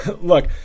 Look